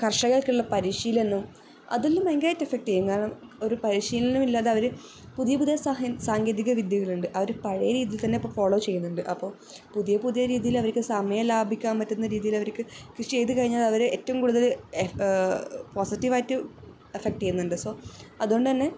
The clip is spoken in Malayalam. കർഷകർക്കുള്ള പരിശീലനവും അതെല്ലാം ഭയങ്കരമായിട്ട് എഫ്ഫക്റ്റ് ചെയ്യും കാരണം ഒരു പരിശീലനം ഇല്ലാതെ അവർ പുതിയ പുതിയ സാങ്കേതിക വിദ്യകളുണ്ട് അവർ പഴയ രീതിയിൽ തന്നെ ഫോള്ളോ ചെയ്യുന്നുണ്ട് അപ്പോൾ പുതിയ പുതിയ രീതീയിൽ അവർക്ക് സമയം ലാഭിക്കാൻ പറ്റുന്ന രീതീയിലവർക്ക് കൃഷി ചെയ്ത് കഴിഞ്ഞാൽ അവർ ഏറ്റവും കൂടുതൽ എഫ് പോസിറ്റിവ് ആയിട്ട് എഫ്ഫക്റ്റ് ചെയ്യുന്നുണ്ട് സോ അതുകൊണ്ട് തന്നെ